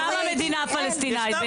שם המדינה הפלסטינית.